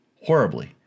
horribly